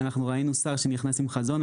אנחנו ראינו שר שנכנס עם חזון.